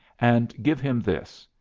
and give him this.